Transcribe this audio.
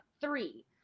three